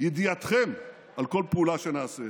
ידיעתכם על כל פעולה שנעשה.